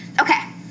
Okay